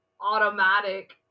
automatic